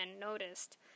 noticed